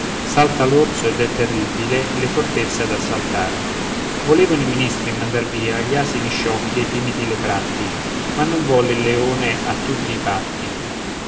salta l'orso ed è terribile le fortezze ad assaltar volevano i ministri mandar via gli asini sciocchi e i timidi lepratti ma non volle il leone a tutti i patti